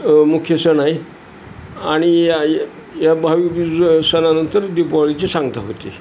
मुख्य सण आहे आणि या या भावी सणानंतर दीपावळीची सांगता होते